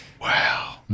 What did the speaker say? Wow